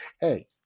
hey